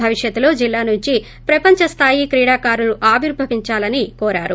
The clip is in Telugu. భవిష్యత్తులో జిల్లా నుంచి ప్రపంచస్లాయి క్రీడాకారులు ఆవిర్పవించాలన్నారు